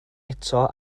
eto